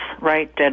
right